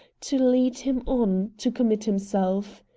to lead him on to commit himself.